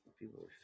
people